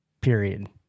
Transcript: period